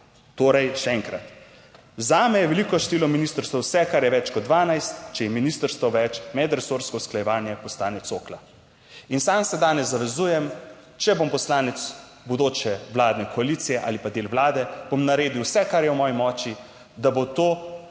torej še enkrat: zame je veliko število ministrstev vse, kar je več kot 12; če je ministrstev več, medresorsko usklajevanje postane cokla. In sam se danes zavezujem, če bom poslanec bodoče vladne koalicije ali pa del vlade, bom naredil vse, kar je v moji moči, da bo to